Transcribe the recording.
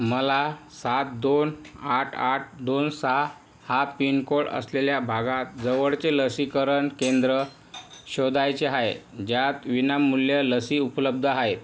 मला सात दोन आठ आठ दोन सहा हा पिनकोळ असलेल्या भागात जवळचे लसीकरण केंद्र शोधायचे आहे ज्यात विनामूल्य लसी उपलब्ध आहेत